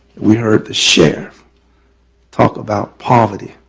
we heard the sheriff talk about poverty.